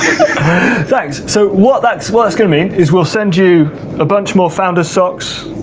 thanks. so what that's what that's gonna mean, is we'll send you a bunch more founder's socks,